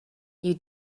you